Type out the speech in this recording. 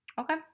Okay